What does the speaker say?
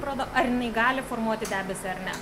parodo ar jinai gali formuoti debesį ar ne